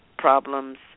problems